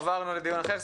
עברנו לדיון אחר,